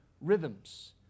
rhythms